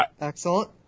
Excellent